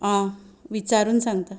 आं विचारून सांगता